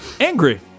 angry